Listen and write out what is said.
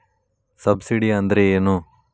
Subsidy ಅಂದ್ರೆ ಏನು?